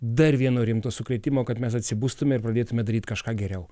dar vieno rimto sukrėtimo kad mes atsibustumėme ir pradėtumėme daryti kažką geriau